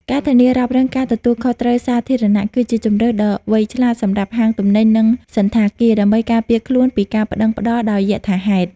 ការធានារ៉ាប់រងការទទួលខុសត្រូវសាធារណៈ គឺជាជម្រើសដ៏វៃឆ្លាតសម្រាប់ហាងទំនិញ និងសណ្ឋាគារ ដើម្បីការពារខ្លួនពីការប្ដឹងផ្ដល់ដោយយថាហេតុ។